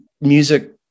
music